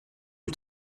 lui